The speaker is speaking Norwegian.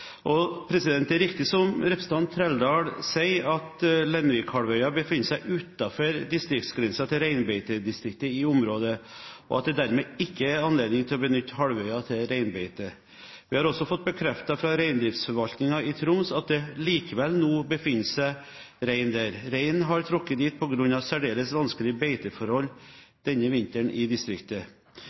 og jeg gleder meg til å delta i de debattene som skjer i Stortinget. Det er riktig som representanten Trældal sier, at Lenvikhalvøya befinner seg utenfor distriktsgrensen til reinbeitedistriktet i området, og at det dermed ikke er anledning til å benytte halvøya til reinbeite. Vi har også fått bekreftet fra Reindriftsforvaltningen i Troms at det likevel nå befinner seg rein der. Reinen har trukket dit på grunn av særdeles vanskelige